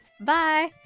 Bye